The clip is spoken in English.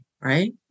right